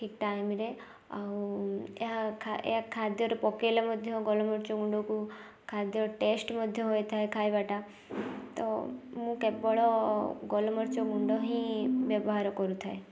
ଠିକ୍ ଟାଇମ୍ରେ ଆଉ ଏହା ଏହା ଖାଦ୍ୟରେ ପକାଇଲେ ମଧ୍ୟ ଗୋଲମରିଚ ଗୁଣ୍ଡକୁ ଖାଦ୍ୟ ଟେଷ୍ଟ ମଧ୍ୟ ହୋଇଥାଏ ଖାଇବାଟା ତ ମୁଁ କେବଳ ଗୋଲମରିଚ ଗୁଣ୍ଡ ହିଁ ବ୍ୟବହାର କରୁଥାଏ